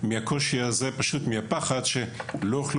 מהפחד שלא יהיה